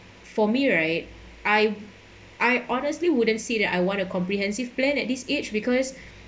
for me right I I honestly wouldn't see that I want a comprehensive plan at this age because